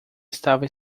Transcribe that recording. estava